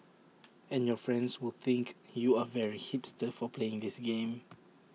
and your friends will think you are very hipster for playing this game